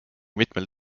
mitmel